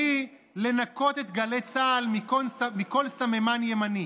והיא לנקות את גלי צה"ל מכל סממן ימני,